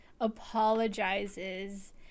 apologizes